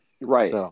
Right